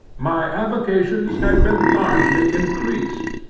my avocations had been largely increased.